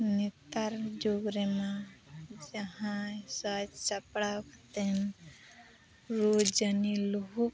ᱱᱮᱛᱟᱨ ᱡᱩᱜᱽ ᱨᱮᱢᱟ ᱡᱟᱦᱟᱸᱭ ᱥᱟᱡ ᱥᱟᱯᱲᱟᱣ ᱠᱟᱛᱮᱢ ᱨᱩᱼᱡᱟᱹᱱᱤ ᱞᱩᱦᱩᱠ